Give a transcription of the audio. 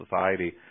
society